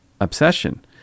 obsession